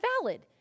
valid